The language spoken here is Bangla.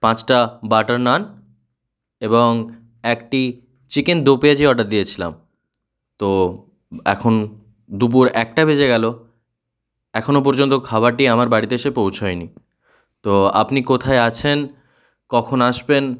পাঁচটা বাটার নান এবং একটি চিকেন দো পেঁয়াজি অর্ডার দিয়েছিলাম তো এখন দুপুর একটা বেজে গেল এখনও পর্যন্ত খাবারটি আমার বাড়িতে এসে পৌঁছয়নি তো আপনি কোথায় আছেন কখন আসবেন